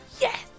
Yes